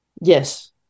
Yes